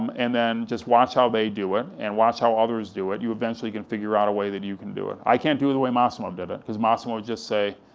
um and then just watch how they do it, and watch how others do it, you eventually can figure out a way that you can do it. i can do it the way massimo did it, because massimo would just say,